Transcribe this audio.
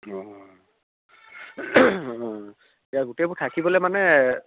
অঁ অঁ এতিয়া গোটেইবোৰ থাকিবলৈ মানে